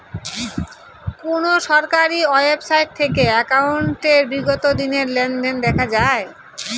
কোন সরকারি ওয়েবসাইট থেকে একাউন্টের বিগত দিনের লেনদেন দেখা যায়?